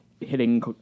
hitting